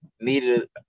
needed